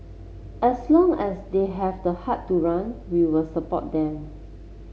as long as they have the heart to run we will support them